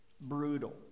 brutal